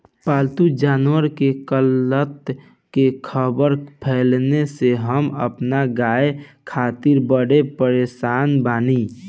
पाल्तु जानवर के कत्ल के ख़बर फैले से हम अपना गाय खातिर बड़ी परेशान बानी